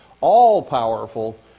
all-powerful